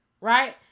right